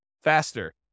faster